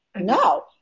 No